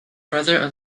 brother